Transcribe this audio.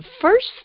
first